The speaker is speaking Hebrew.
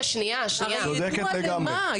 צודקת לגמרי.